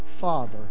Father